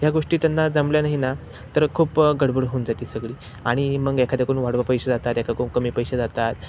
ह्या गोष्टी त्यांना जमल्या नाही ना तर खूप गडबड होऊन जाते सगळी आणि मग एखाद्याकडून वाढीव पैसे जातात एखाद्याकडून कमी पैसे जातात